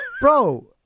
bro